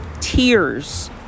tears